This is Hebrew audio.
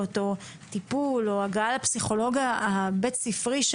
או טיפול או הגעה לפסיכולוג הבית ספרי,